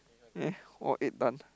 eh all eight done